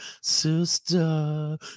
Sister